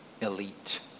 elite